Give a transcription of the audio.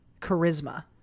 charisma